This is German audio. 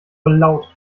laut